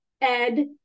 ed